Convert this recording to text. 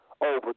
Over